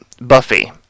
Buffy